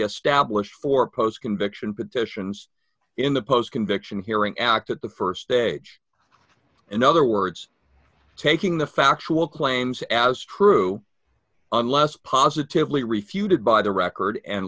established for post conviction petitions in the post conviction hearing act at the st stage in other words taking the factual claims as true unless positively refuted by the record and